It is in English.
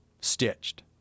Stitched